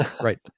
right